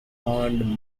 bond